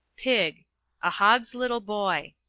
pig a hog's little boy.